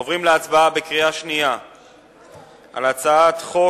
אנחנו עוברים להצבעה בקריאה שנייה על הצעת חוק